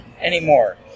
anymore